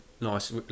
nice